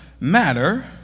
matter